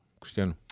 Cristiano